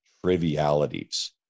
trivialities